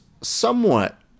somewhat